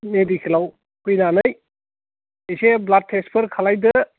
medical आव फैनानै एसे ब्लाड टेस्ट फोर खालामदो